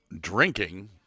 drinking